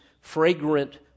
fragrant